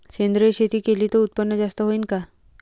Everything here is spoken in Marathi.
सेंद्रिय शेती केली त उत्पन्न जास्त होईन का?